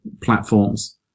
platforms